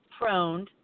prone